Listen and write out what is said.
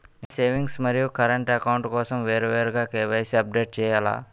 నేను సేవింగ్స్ మరియు current account కోసం వేరువేరుగా కే.వై.సీ అప్డేట్ చేయాలా?